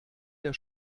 der